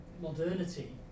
modernity